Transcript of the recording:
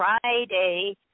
Friday